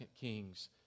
Kings